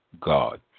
God